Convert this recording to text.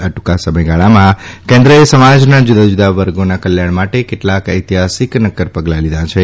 આ ટુંકા સમયગાળામાં કેન્દ્રએ સમાજના જુદા જુદા વર્ગોના કલ્યાણ માટે કેટલાક ઐતિહાસીક નકકર પગલા લીધા છે